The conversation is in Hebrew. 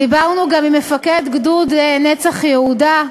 דיברנו גם עם מפקד גדוד "נצח יהודה"